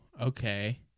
Okay